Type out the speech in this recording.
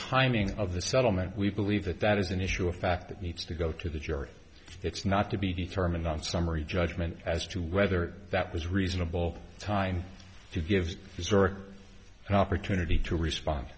timing of the settlement we believe that that is an issue of fact that needs to go to the jury that's not to be determined on summary judgment as to whether that was reasonable time to give an opportunity to respond